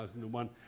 2001